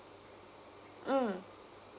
mm